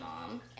mom